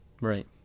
Right